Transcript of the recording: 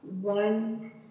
one